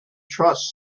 trust